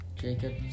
Jacob